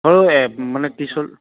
মানে পিছত